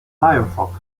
firefox